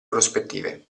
prospettive